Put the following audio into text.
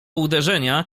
uderzenia